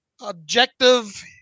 objective